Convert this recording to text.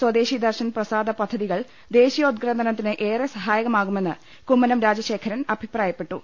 സ്വദേശി ദർശൻ പ്രസാദ പദ്ധതികൾ ദേശീയോദ്ഗ്രഥനത്തിന് ഏറെ സഹായകമാകുമെന്ന് കുമ്മനം രാജശേഖരൻ അഭിപ്രായപ്പെ ട്ടു